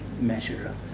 measure